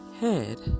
head